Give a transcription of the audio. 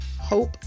hope